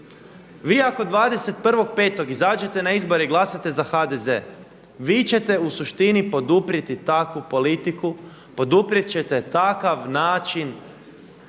Vi ako 21.5. izađete na izbore i glasate za HDZ vi ćete u suštini poduprijeti takvu politiku, poduprijet ćete takav način